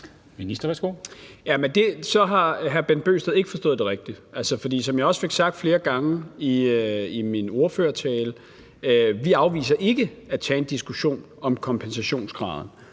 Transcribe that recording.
Jamen så har hr. Bent Bøgsted ikke forstået det rigtigt. For som jeg også fik sagt flere gange i min ordførertale, så afviser vi ikke at tage en diskussion om kompensationsgraden,